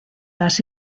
las